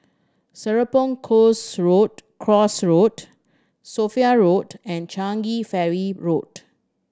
Serapong Course Road Course Road Sophia Road and Changi Ferry Road